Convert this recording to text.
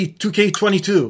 2K22